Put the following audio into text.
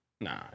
Nah